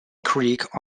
creek